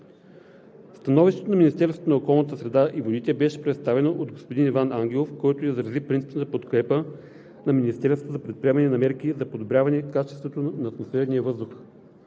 Становището на Министерството на околната среда и водите беше представено от господин Иван Ангелов, който изрази принципната подкрепа на Министерството за предприемане на мерки за подобряване качеството на атмосферния въздух.